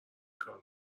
کارو